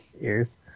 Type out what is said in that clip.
ears